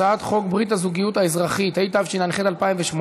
הצעת חוק ברית הזוגיות האזרחית, התשע"ח 2018,